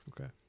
Okay